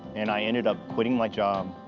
and i ended up quitting my job.